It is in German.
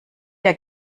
der